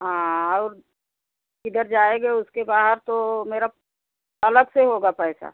हाँ और किधर जाएँगे उसके बाहर तो मेरा अलग से होगा पैसा